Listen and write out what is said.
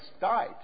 died